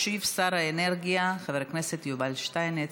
ישיב שר האנרגיה חבר הכנסת יובל שטייניץ.